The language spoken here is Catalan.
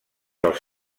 els